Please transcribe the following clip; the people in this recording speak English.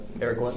Eric